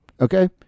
Okay